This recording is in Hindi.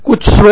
कुछ स्रोत